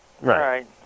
right